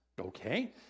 okay